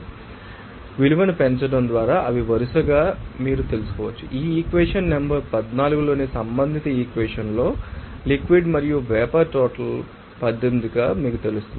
కాబట్టి ఆ విలువను పెంచడం ద్వారా అవి వరుసగా ఉన్నాయని మీరు తెలుసుకోవచ్చు ఈ ఈక్వేషన్ నెంబర్ 14 లోని సంబంధిత ఈక్వెషన్ లో లిక్విడ్ మరియు వేపర్ టోటల్ మీకు 18 తెలుసు